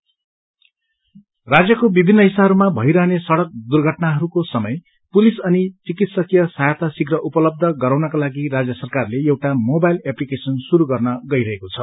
पथ बन्धु राज्यको विभिन्न हिस्साहरूमा भइरहने सड़क दुर्घटनाहरूको समय पुलिस अनि चिकित्सकीय सहायता शीघ्र उपलब्ध गराउनका लागि राज्य सरकारले एउटा मोबाइल एप्लीकेशन शुरू गर्न गईरहेको छ